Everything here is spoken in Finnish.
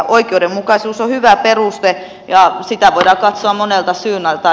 oikeudenmukaisuus on hyvä peruste ja sitä voidaan katsoa monelta suunnalta